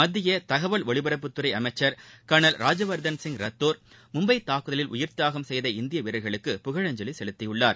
மத்திய தகவல் ஒலிபரப்புத்துறை அமைச்சர் கர்னல் ராஜ்ஜிய வர்தன் ரத்தோர் மும்பை தாக்குதலில் உயித்தியாகம் செய்த இந்திய வீரர்களுக்கு புகழஞ்சலி செலுத்தியுள்ளார்